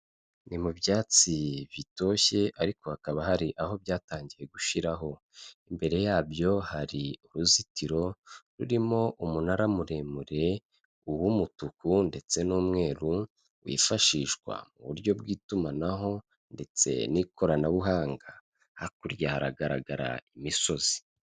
Ni mu byatsi bitoshye ariko hakaba hari aho byatangiye gushiraho imbere yabyo hari uruzitiro rurimo umunara muremure w'umutuku ndetse n'umweru wifashishwa mu buryo bw'itumanaho ndetse n'ikoranabuhanga hakurya hagaragara imisozi.